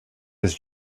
his